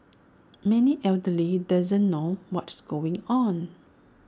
many elderly doesn't know what's going on